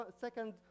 second